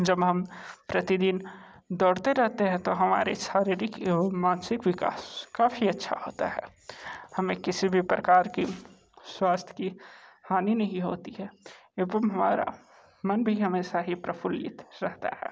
जब हम प्रतिदिन दौड़ते रहते हैं तो हमारे शारीरिक एवं मानसिक विकास काफ़ी अच्छा होता है हमें किसी भी प्रकार की स्वास्थ्य की हानि नहीं होती है एवं हमारा मन भी हमेशा ही प्रफुल्लित रहता है